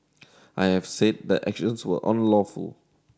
I have said the actions were unlawful